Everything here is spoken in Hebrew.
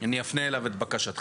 אני אפנה אליו את בקשתך,